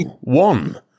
one